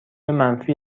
منفی